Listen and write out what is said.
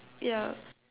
yeah